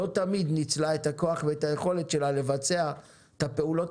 לא תמיד ניצלה את הכוח ואת היכולת שלה לבצע את הפעולות